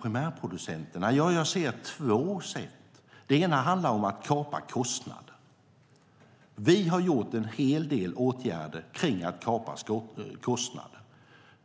primärproducenterna? Jag ser två sätt. Det ena handlar om att kapa kostnader. Vi har vidtagit en del åtgärder för att kapa kostnader.